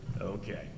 Okay